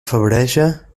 febreja